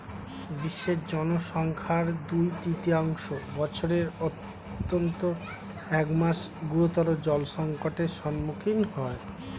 বিশ্বের জনসংখ্যার দুই তৃতীয়াংশ বছরের অন্তত এক মাস গুরুতর জলসংকটের সম্মুখীন হয়